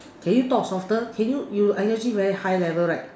can you talk softer can you you are actually very high level right